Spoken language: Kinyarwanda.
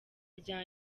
rya